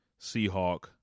Seahawk